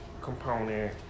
component